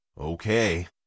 Okay